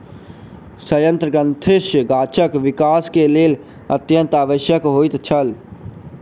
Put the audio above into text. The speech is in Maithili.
सयंत्र ग्रंथिरस गाछक विकास के लेल अत्यंत आवश्यक होइत अछि